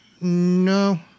No